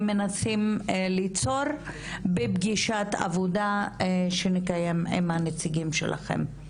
מנסים ליצור בפגישת עבודה שנקיים עם הנציגים שלכם.